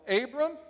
Abram